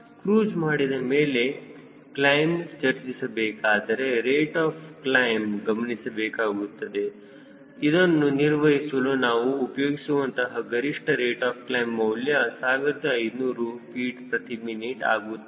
cruise ಮಾಡಿದಮೇಲೆ climb ಚರ್ಚಿಸ ಬೇಕಾದರೆ ರೇಟ್ ಆಫ್ ಕ್ಲೈಮ್ ಗಮನಿಸಬೇಕಾಗುತ್ತದೆ ಇದನ್ನು ನಿರ್ವಹಿಸಲು ನಾವು ಉಪಯೋಗಿಸುವಂತಹ ಗರಿಷ್ಠ ರೇಟ್ ಆಫ್ ಕ್ಲೈಮ್ ಮೌಲ್ಯ 1500 ftmin ಆಗುತ್ತದೆ